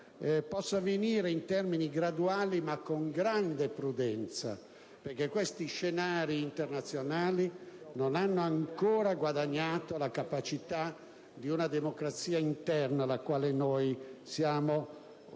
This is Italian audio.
possa avvenire in termini graduali ma con grande prudenza, perché questi scenari internazionali non hanno ancora guadagnato la capacità di una democrazia interna, alla quale noi siamo